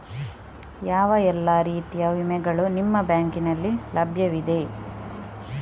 ಯಾವ ಎಲ್ಲ ರೀತಿಯ ವಿಮೆಗಳು ನಿಮ್ಮ ಬ್ಯಾಂಕಿನಲ್ಲಿ ಲಭ್ಯವಿದೆ?